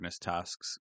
tasks